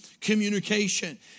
communication